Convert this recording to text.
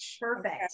Perfect